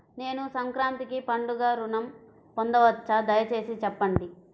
నేను సంక్రాంతికి పండుగ ఋణం పొందవచ్చా? దయచేసి చెప్పండి?